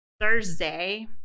Thursday